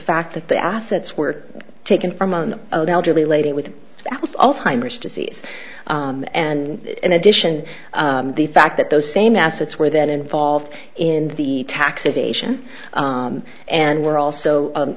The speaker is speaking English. fact that the assets were taken from on the elderly lady with all timers disease and in addition the fact that those same assets were that involved in the tax evasion and were also